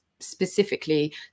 specifically